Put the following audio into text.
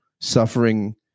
suffering